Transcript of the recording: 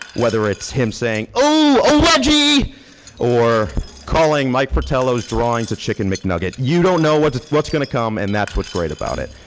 whether it's him saying, oh or calling mike fratello's drawings to chicken mcnugget, you don't know what's what's going to come and that's what great about it.